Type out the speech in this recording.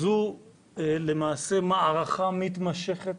זו למעשה מערכה מתמשכת